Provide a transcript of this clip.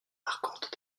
marquantes